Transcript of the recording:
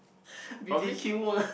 B_B_Q what